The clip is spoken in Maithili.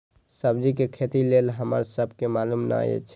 सब्जी के खेती लेल हमरा सब के मालुम न एछ?